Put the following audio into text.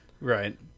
Right